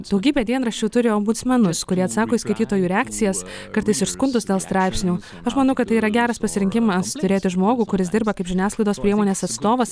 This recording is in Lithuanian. daugybė dienraščių turi ombudsmenus kurie atsako į skaitytojų reakcijas kartais ir skundus dėl straipsnių aš manau kad tai yra geras pasirinkimas turėti žmogų kuris dirba kaip žiniasklaidos priemonės atstovas